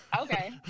Okay